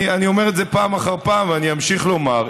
אני אומר את זה פעם אחר פעם ואני אמשיך לומר,